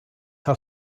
her